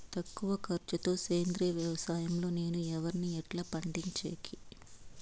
తక్కువ ఖర్చు తో సేంద్రియ వ్యవసాయం లో నేను వరిని ఎట్లా పండించేకి?